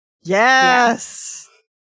Yes